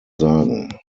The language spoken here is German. sagen